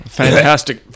fantastic